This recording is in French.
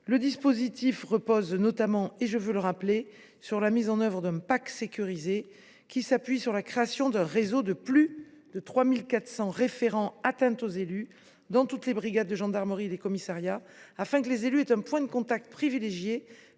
Le dispositif repose notamment sur la mise en œuvre d’un « pack sécurité » s’appuyant sur la création d’un réseau de plus de 3 400 référents « atteintes aux élus » dans toutes les brigades de gendarmerie et les commissariats, afin que les élus aient un point de contact privilégié